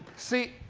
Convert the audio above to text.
see,